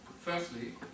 Firstly